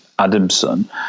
Adamson